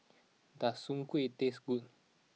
does Soon Kway taste good